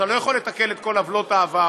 אתה לא יכול לתקן את כל עוולות העבר.